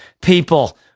people